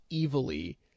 evilly